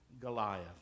Goliath